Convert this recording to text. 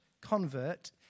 convert